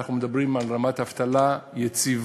אנחנו מדברים על רמת אבטלה יציבה,